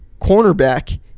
cornerback